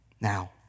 Now